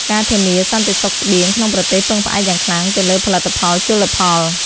ការធានា សន្តិសុខស្បៀង ក្នុងប្រទេសពឹងផ្អែកយ៉ាងខ្លាំងទៅលើផលិតផលជលផល។